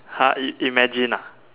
!huh! imagine ah